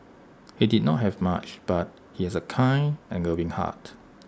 he did not have much but he has A kind and loving heart